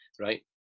right